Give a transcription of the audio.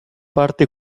parte